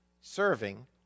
serving